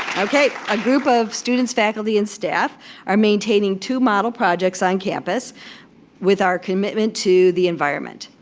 okay, a group of students, faculty and staff are maintaining two model projects on campus with our commitment to the environment.